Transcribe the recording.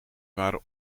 waren